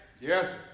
Yes